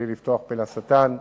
בלי לפתוח פה לשטן,